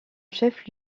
chef